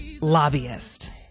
lobbyist